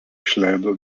išleido